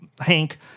Hank